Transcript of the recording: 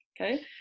Okay